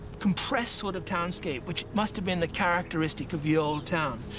compressed sort of townscape which must have been the characteristic of the old town.